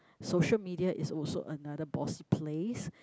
social media is also another bossy place